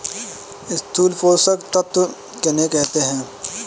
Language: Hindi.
स्थूल पोषक तत्व किन्हें कहते हैं?